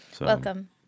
Welcome